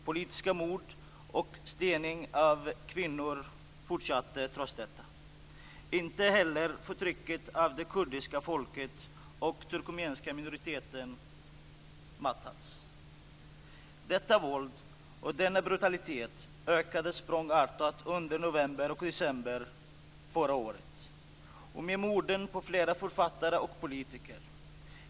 Politiska mord och stening av kvinnor fortsatte trots detta. Inte heller har förtrycket av det kurdiska folket och den turkmeniska minoriteten mattats. Detta våld och denna brutalitet ökade språngartat under november och december förra året i och med morden på flera författare och politiker.